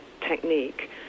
technique